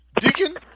Deacon